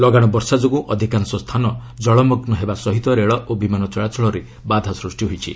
ଲଗାଶ ବର୍ଷା ଯୋଗୁଁ ଅଧିକାଂଶ ସ୍ଥାନ ଜଳମଗୁ ହେବା ସହ ରେଳ ଓ ବିମାନ ଚଳାଚଳରେ ବାଧା ସୃଷ୍ଟି ହୋଇଛି